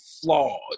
flawed